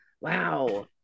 wow